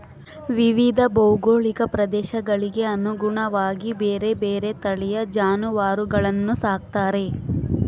ವಿವಿಧ ಭೌಗೋಳಿಕ ಪ್ರದೇಶಗಳಿಗೆ ಅನುಗುಣವಾಗಿ ಬೇರೆ ಬೇರೆ ತಳಿಯ ಜಾನುವಾರುಗಳನ್ನು ಸಾಕ್ತಾರೆ